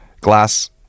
Glass